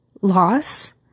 loss